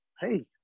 hey